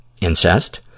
incest